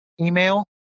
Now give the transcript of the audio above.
email